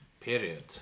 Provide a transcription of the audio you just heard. period